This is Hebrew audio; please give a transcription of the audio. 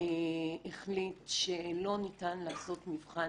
החליט שלא ניתן לעשות מבחן